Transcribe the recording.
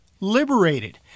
Liberated